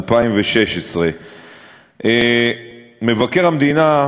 2016. מבקר המדינה,